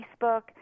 Facebook